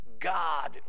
God